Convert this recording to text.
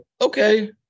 okay